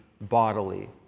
bodily